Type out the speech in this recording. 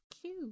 cute